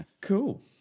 Cool